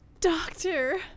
doctor